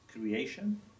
creation